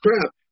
crap